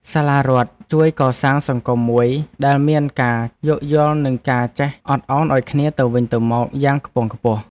សាលារដ្ឋជួយកសាងសង្គមមួយដែលមានការយោគយល់និងការចេះអត់ឱនឱ្យគ្នាទៅវិញទៅមកយ៉ាងខ្ពង់ខ្ពស់។